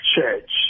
Church